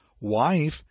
wife